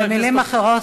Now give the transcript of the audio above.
במילים אחרות,